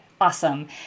awesome